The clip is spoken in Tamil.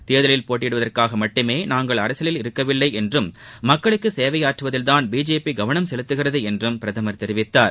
தேர்தலில் போட்டியிடுவதற்காகமட்டுமே நாங்கள் இருக்கவில்லைஎன்றம் மக்களுக்குசேவையாற்றுவதில்தான் பிஜேபிகவனம் செலுத்திதுகிறதுஎன்றும் பிரதமர் தெரிவித்தார்